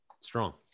Strong